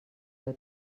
del